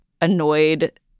annoyed